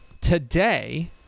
today